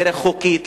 דרך חוקית,